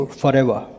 forever